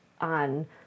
on